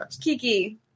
Kiki